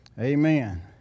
Amen